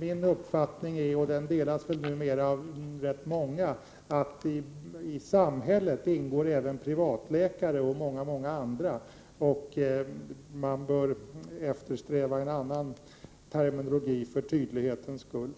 Min uppfattning är, och den delas numera av rätt många, att i samhället ingår även privatläkare och många andra. Man bör eftersträva en annan terminologi för tydlighetens skull.